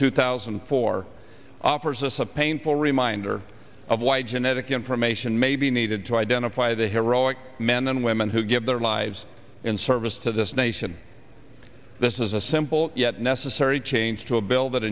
two thousand and four offers us a painful reminder of why genetic information may be needed to identify the heroic men and women who gave their lives in service to this nation this is a simple yet necessary change to a bill that